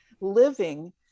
living